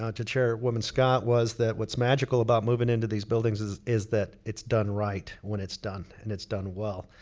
um to chairwoman scott was that what's magical about moving into these buildings is is that it's done right when it's done. and it's done well.